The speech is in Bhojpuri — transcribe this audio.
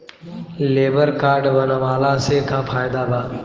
लेबर काड बनवाला से का फायदा बा?